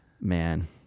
man